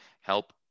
help